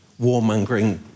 warmongering